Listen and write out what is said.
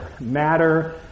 matter